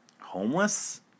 Homeless